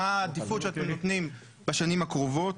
מה העדיפות שאתם נותנים בשנים הקרובות?